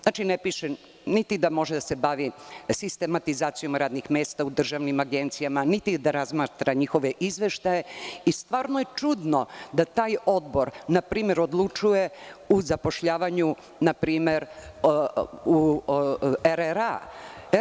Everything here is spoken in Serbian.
Znači, ne piše niti da može da se bavi sistematizacijom radnih mesta u državnim agencijama, niti da razmatra njihove izveštaje i stvarno je čudno da taj odbor, na primer, odlučuje u zapošljavanju na primer RRA.